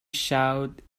showed